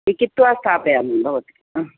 लिकित्वा स्थापयामि भवती